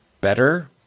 better